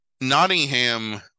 nottingham